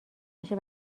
نشه